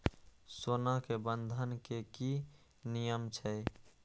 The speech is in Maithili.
सोना के बंधन के कि नियम छै?